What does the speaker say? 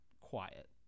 quiet